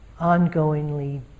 ongoingly